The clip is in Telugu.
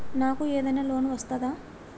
నాకు ఏదైనా లోన్ వస్తదా?